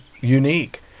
unique